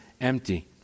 empty